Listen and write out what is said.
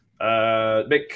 Mick